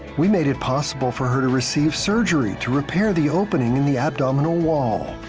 we made it possible for her to receive surgery, to repair the opening in the abdominal wall.